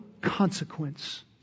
consequence